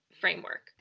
framework